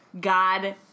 God